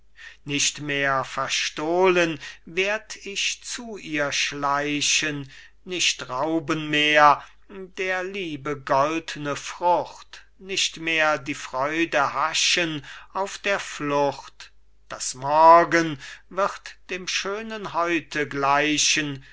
nicht mehr verstohlen werd ich zu ihr schleichen nicht rauben mehr der liebe goldne frucht nicht mehr die freude haschen auf der flucht das morgen wird dem schönen heute gleichen